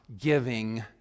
giving